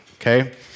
okay